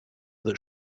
that